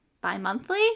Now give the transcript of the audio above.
bi-monthly